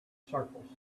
circles